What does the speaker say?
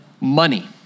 money